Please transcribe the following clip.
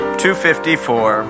254